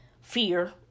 fear